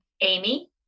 Amy